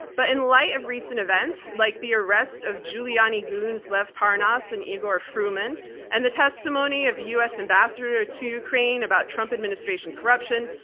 but in light of recent events, like the arrest of giuliani goons lev parnas and igor fruman and the testimony of the u. s. ambassador to ukraine about trump administration corruption,